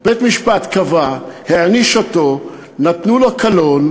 בית-משפט קבע, העניש אותו, נתנו לו קלון.